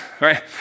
right